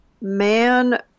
man